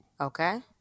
Okay